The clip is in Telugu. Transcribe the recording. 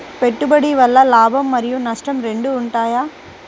పెట్టుబడి వల్ల లాభం మరియు నష్టం రెండు ఉంటాయా?